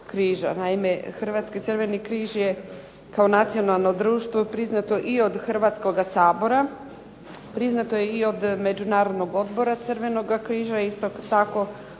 Naime Hrvatski crveni križ je kao nacionalno društvo priznato i od Hrvatskoga sabora, priznato je i od međunarodnog odbora Crvenoga križa, isto tako